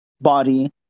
body